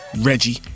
Reggie